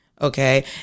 Okay